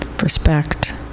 respect